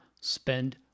spend